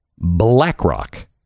BlackRock